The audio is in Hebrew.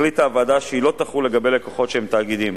החליטה הוועדה שהיא לא תחול לגבי לקוחות שהם תאגידים,